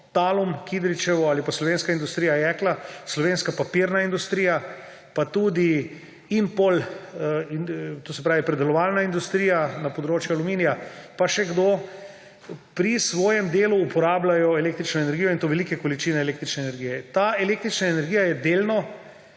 Talum Kidričevo ali pa Slovenska industrija jekla, slovenska papirna industrija pa tudi Impol, to se pravi predelovalna industrija na področju aluminija in še kdo ‒, pri svojem delu uporabljajo električno energijo. In to velike količine električne energije. Ta električna energija je delno